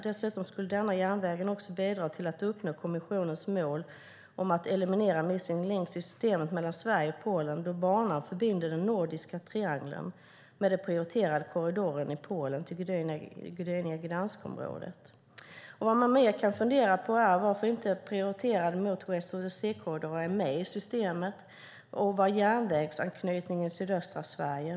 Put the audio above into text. Dessutom skulle denna järnväg bidra till att uppnå kommissionens mål om att eliminera missing links i systemet mellan Sverige och Polen då banan förbinder den nordiska triangeln med den prioriterade korridoren i Polen till Gdynia-Gdansk-området. Varför är inte den prioriterade Motorways of the Sea-korridoren med i systemet? Var finns järnvägsanknytningen i sydöstra Sverige?